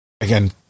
again